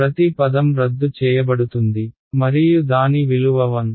ప్రతి పదం రద్దు చేయబడుతుంది మరియు దాని విలువ 1